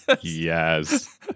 yes